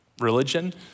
religion